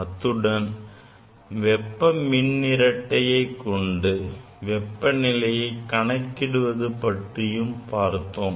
அத்துடன் வெப்ப மின் இரட்டையை கொண்டு வெப்பநிலையை கணக்கிடுவது பற்றியும் பார்த்தோம்